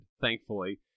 Thankfully